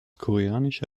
koreanische